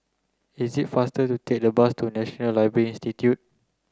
is it faster to take the bus to National Library Institute